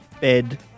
bed